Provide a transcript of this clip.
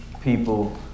people